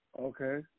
Okay